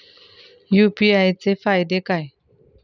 UPI चे फायदे काय?